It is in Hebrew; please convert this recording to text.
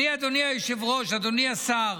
אדוני היושב-ראש, אדוני השר,